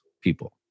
people